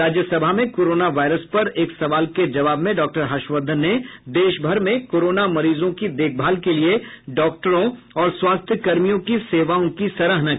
राज्यसभा में corona virus पर एक सवाल के जवाब में डॉक्टर हर्षवर्धन ने देशभर में कोरोना मरीजों की देखभाल के लिए डॉक्टरों और स्वास्थ्यकर्मियों की सेवाओं की सराहना की